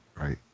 Right